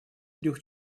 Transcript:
трех